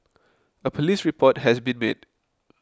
a police report has been made